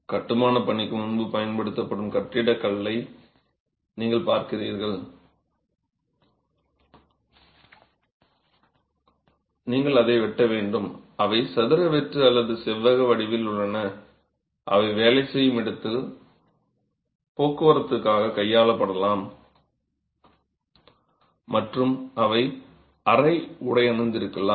கட்டுமானப் பணிக்கு முன்பு பயன்படுத்தப்பட்ட கட்டிடக் கல்லை நீங்கள் பார்க்கிறீர்கள் என்றால் நீங்கள் அதை வெட்ட வேண்டும் அவை சதுர வெட்டு அல்லது செவ்வக வடிவில் உள்ளன அவை வேலை செய்யும் இடத்தில் போக்குவரத்துக்காகக் கையாளப்படலாம் மற்றும் அவை அரை உடையணிந்திருக்கலாம்